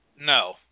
No